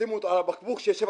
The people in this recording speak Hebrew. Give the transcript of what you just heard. לשים אותו על בקבוק זכוכית.